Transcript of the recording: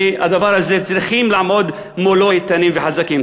והדבר הזה צריכים לעמוד מולו איתנים וחזקים.